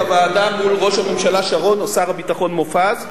בוועדה עם ראש הממשלה שרון או עם שר הביטחון מופז,